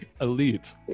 Elite